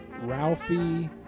Ralphie